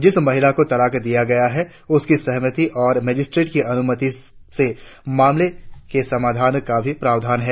जिस महिला को तलाक दिया गया है इसकी सहमति और मजिस्ट्रेट की अनुमति से मामले के समाधान का भी प्रावधान है